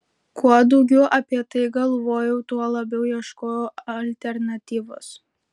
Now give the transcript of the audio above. kuo daugiau apie tai galvojau tuo labiau ieškojau alternatyvos